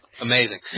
amazing